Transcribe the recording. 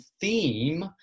theme